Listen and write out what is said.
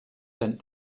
sent